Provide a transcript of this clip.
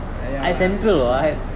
ya lah